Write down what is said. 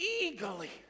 eagerly